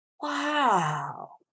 Wow